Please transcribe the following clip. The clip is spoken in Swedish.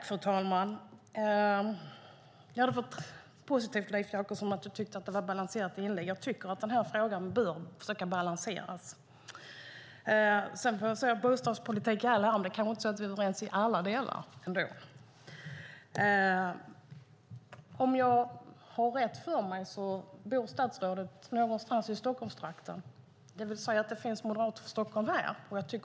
Fru talman! Det var positivt att Leif Jakobsson tyckte att mitt inlägg var balanserat. Jag tycker att denna fråga bör balanseras. Bostadspolitik i all ära, men vi kanske inte är överens i alla delar. Om jag inte misstar mig bor statsrådet någonstans i Stockholmstrakten, vilket betyder att det finns en moderat från Stockholm här.